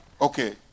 Okay